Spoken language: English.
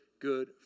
good